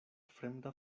fremda